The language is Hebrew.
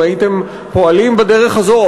אם הייתם פועלים בדרך הזו,